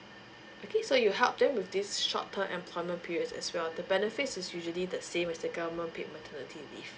okay so you help them with this short term employment periods as well the benefits is usually the same as the government paid maternity leave